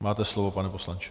Máte slovo, pane poslanče.